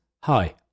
Hi